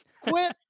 quit